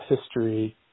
history